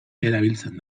erabiltzen